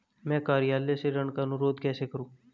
मैं कार्यालय से ऋण का अनुरोध कैसे करूँ?